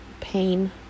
pain